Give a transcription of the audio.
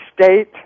state